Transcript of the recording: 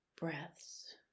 breaths